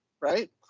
right